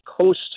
Coast